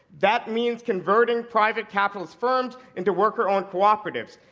that means converting private capitalist firms into worker-owned cooperatives.